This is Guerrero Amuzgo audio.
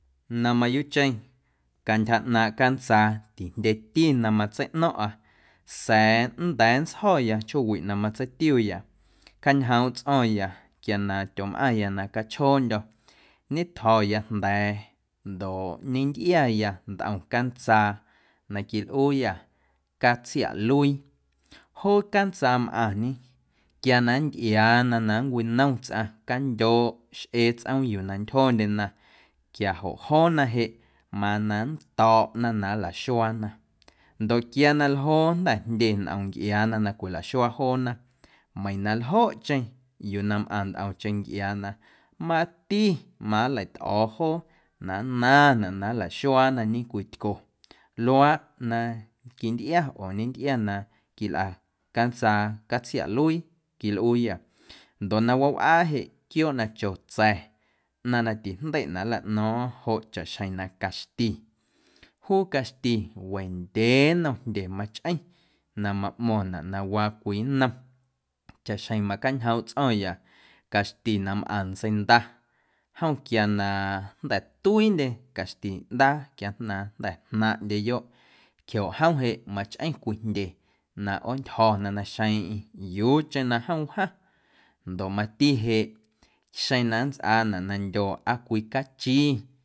Na mayuuꞌcheⁿ cantyja ꞌnaaⁿ cantsaa tijndyeti na matseiꞌno̱ⁿꞌa sa̱a̱ nnda̱a̱ nntsjo̱ya chjoowiꞌ na matseitiuya cañjoomꞌ tsꞌo̱ⁿya quia na tyomꞌaⁿya na cachjoondyo̱ ñetjo̱ya jnda̱a̱ ndoꞌ ñentꞌiaya ntꞌom cantsaa na quilꞌuuyâ catsiaꞌluii joo cantsaamꞌaⁿñe quia na nntꞌiaana na nncwinom tsꞌaⁿ candyooꞌ xꞌee tsꞌoom yuu na ntyjondyena quiajoꞌ joona jeꞌ mana nnto̱ꞌna na nlaxuaana ndoꞌ quia na ljoo jnda̱ jndye ntꞌom ncꞌiaana na cwilaxuaa joona meiiⁿ na ljoꞌcheⁿ yuu na mꞌaⁿ ntꞌomcheⁿ ncꞌiaana mati manleitꞌo̱o̱ joo na nnaⁿnaꞌ na nlaxuaana ñecwiitco luaaꞌ na quintꞌia oo na ñentꞌia na quilꞌa cantsaa catsiaꞌluii quilꞌuuyâ ndoꞌ na wawꞌaa jeꞌ quiooꞌ na cho tsa̱ ꞌnaⁿ natijndeiꞌnaꞌ nlaꞌno̱o̱ⁿꞌa joꞌ chaꞌxjeⁿ na caxti, juu caxti wendyee nnom jndye machꞌeⁿ na maꞌmo̱ⁿnaꞌ na waa cwii nnom chaꞌxjeⁿ macañjoomꞌ tsꞌo̱ⁿya caxti na mꞌaⁿ ntseinda jom quia na jnda̱ tuiindye caxtiꞌndaa quia na jnda̱ jnaⁿꞌndyeyoꞌ quiajoꞌ jom jeꞌ machꞌeⁿ cwii jndye na ꞌoontyjo̱na naxeeⁿꞌeⁿ yuucheⁿ na jom wjaⁿ ndoꞌ mati jeꞌ xeⁿ na nntsꞌaanaꞌ na ndyo aa cwii cachi.